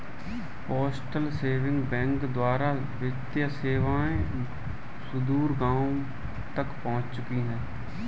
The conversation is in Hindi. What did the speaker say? पोस्टल सेविंग बैंक द्वारा वित्तीय सेवाएं सुदूर गाँवों तक पहुंच चुकी हैं